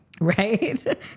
Right